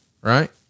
Right